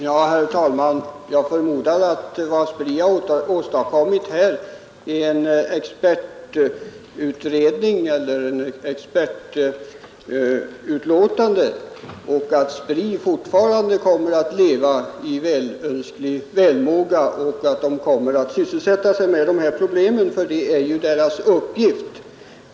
Herr talman! Jag förmodar att vad SPRI har åstadkommit här är en expertutredning eller expertutlåtande och att SPRI fortfarande kommer att leva i högönsklig välmåga och kommer att sysselsätta sig med de här problemen, för det är ju dess uppgift.